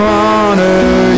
honor